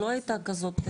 לא הייתה כזאת,